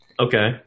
Okay